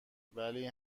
ولی